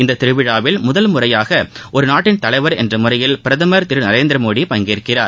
இந்த திருவிழாவில் முதன் முறையாக ஒரு நாட்டின் தலைவர் என்ற முறையில் பிரதமர் திரு நரேந்திரமோடி பங்கேற்கிறார்